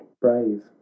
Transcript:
brave